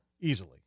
easily